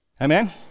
Amen